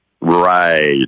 Right